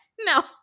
No